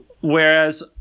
whereas